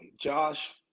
Josh